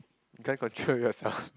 you can't control yourself